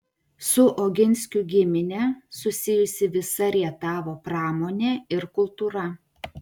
su oginskių gimine susijusi visa rietavo pramonė ir kultūra